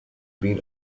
been